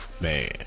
Man